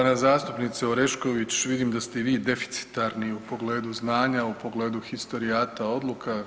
Poštovana zastupnice Orešković, vidim da ste i vi deficitarni u pogledu znanja, u pogledu historijata odluka.